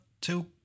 two